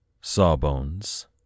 Sawbones